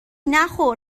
نخور